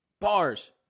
Bars